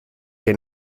que